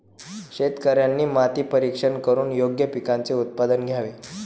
शेतकऱ्यांनी माती परीक्षण करून योग्य पिकांचे उत्पादन घ्यावे